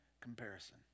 comparison